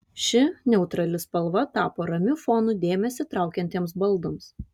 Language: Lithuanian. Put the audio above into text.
ši neutrali spalva tapo ramiu fonu dėmesį traukiantiems baldams